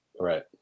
right